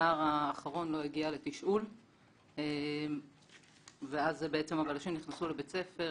הנער האחרון לא הגיע לתשאול ואז בעצם הבלשים נכנסו לבית ספר.